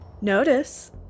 Notice